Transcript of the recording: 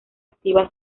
activa